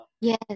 yes